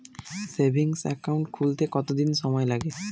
Savings account খুলতে কতদিন সময় লাগে?